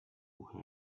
who